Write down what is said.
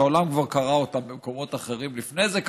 שהעולם כבר קרא אותם במקומות אחרים לפני זה,